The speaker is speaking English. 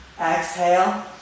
exhale